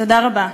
תודה רבה.